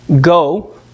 go